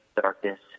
darkness